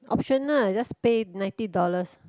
optional I just pay ninety dollars